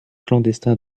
clandestin